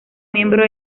miembro